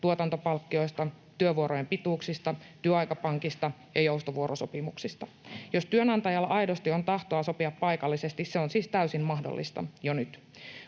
tuotantopalkkioista, työvuorojen pituuksista, työaikapankista ja joustovuorosopimuksista. Jos työnantajalla aidosti on tahtoa sopia paikallisesti, se on siis täysin mahdollista jo nyt.